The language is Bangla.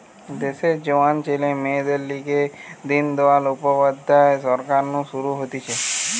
দেশের জোয়ান ছেলে মেয়েদের লিগে দিন দয়াল উপাধ্যায় সরকার নু শুরু হতিছে